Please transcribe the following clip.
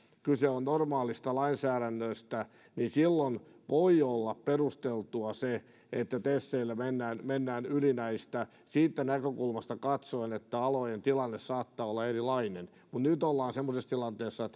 kyse on normaalista lainsäädännöstä voi olla perusteltua se että teseillä mennään mennään yli näistä siitä näkökulmasta katsoen että alojen tilanne saattaa olla erilainen mutta nyt ollaan semmoisessa tilanteessa